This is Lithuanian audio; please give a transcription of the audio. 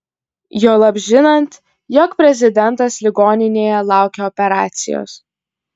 juolab žinant jog prezidentas ligoninėje laukia operacijos